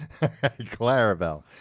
Clarabelle